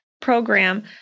program